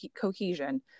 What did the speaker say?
cohesion